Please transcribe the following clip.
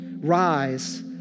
Rise